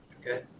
Okay